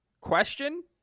Question